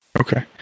Okay